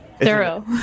Thorough